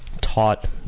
taught